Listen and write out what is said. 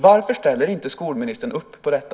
Varför ställer inte skolministern upp på detta?